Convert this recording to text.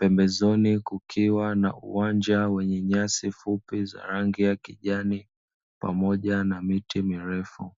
pembezoni kukiwa na uwanja wenye nyasi fupi za rangi ya kijani pamoja na miti mirefu.